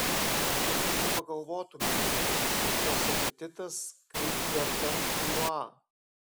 bet nė nepagalvotumei kad jos apetitas kaip gargantiua